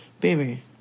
baby